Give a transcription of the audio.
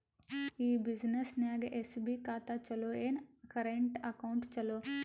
ಈ ಬ್ಯುಸಿನೆಸ್ಗೆ ಎಸ್.ಬಿ ಖಾತ ಚಲೋ ಏನು, ಕರೆಂಟ್ ಅಕೌಂಟ್ ಚಲೋ?